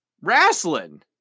Wrestling